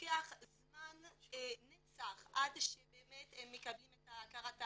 לוקח זמן נצח עד שבאמת הם מקבלים את ההכרה.